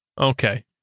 Okay